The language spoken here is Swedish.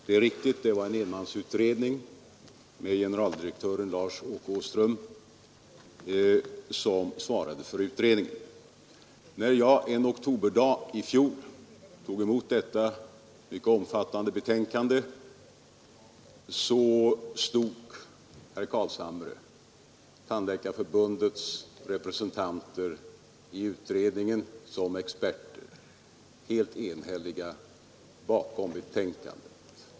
Det är riktigt att det var en enmansutredning som generaldirektören Lars-Åke Åström svarade för. När jag en höstdag i fjol tog emot utredningens mycket omfattande betänkande så stod, herr Carlshamre, Tandläkarförbundets representanter i utredningen som experter helt enhälliga bakom betänkandet.